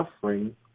suffering